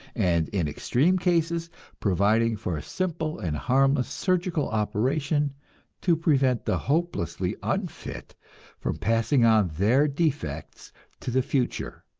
and in extreme cases providing for a simple and harmless surgical operation to prevent the hopelessly unfit from passing on their defects to the future.